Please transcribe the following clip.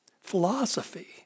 philosophy